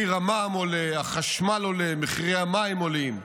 המע"מ עולה, החשמל עולה, מחירי המים עולים.